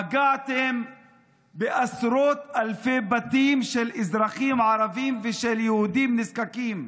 פגעתם בעשרות אלפי בתים של אזרחים ערבים ושל יהודים נזקקים.